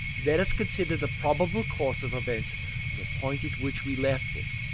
let us consider the probable course of events from the point at which we left it.